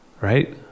right